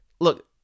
Look